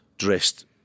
dressed